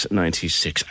ninety-six